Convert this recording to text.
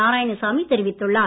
நாராயணசாமி தெரிவித்துள்ளார்